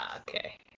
Okay